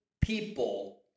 people